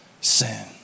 sin